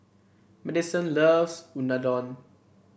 Madison loves Unadon